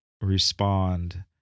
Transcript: respond